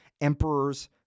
emperors